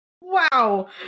Wow